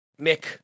Mick